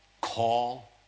call